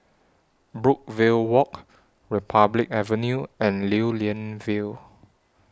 Brookvale Walk Republic Avenue and Lew Lian Vale